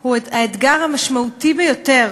הוא האתגר המשמעותי ביותר